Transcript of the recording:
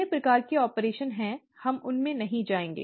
अन्य प्रकार के ऑपरेशन हैं हम उसमें नहीं जाएंगे